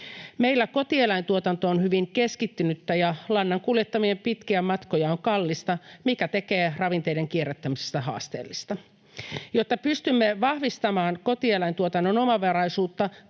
Meillä kotieläintuotanto on hyvin keskittynyttä ja lannan kuljettaminen pitkiä matkoja on kallista, mikä tekee ravinteiden kierrättämisestä haasteellista. Jotta pystymme vahvistamaan kotieläintuotannon omavaraisuutta,